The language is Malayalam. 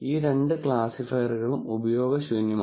ഈ രണ്ട് ക്ലാസിഫയറുകളും ഉപയോഗശൂന്യമാണ്